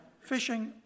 fishing